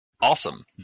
awesome